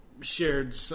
shared